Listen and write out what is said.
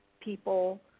people